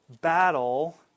battle